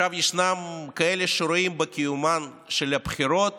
ישנם כאלה שרואים, בקיומן של הבחירות